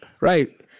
right